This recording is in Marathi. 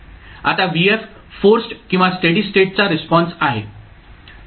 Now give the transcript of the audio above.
आता vf फोर्सड किंवा स्टेडी स्टेटचा रिस्पॉन्स आहे